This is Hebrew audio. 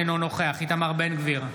אינו נוכח איתמר בן גביר,